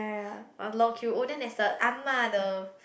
a long queue oh then there's the Ah-Ma the